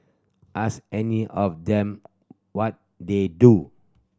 ask any of them what they do